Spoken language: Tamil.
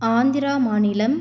ஆந்திரா மாநிலம்